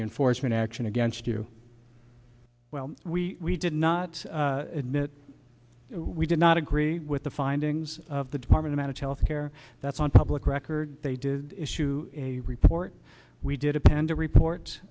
enforcement action against you well we did not admit we did not agree with the findings of the department of health care that's on public record they did issue a report we did append a report